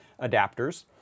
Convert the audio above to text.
adapters